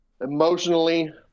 emotionally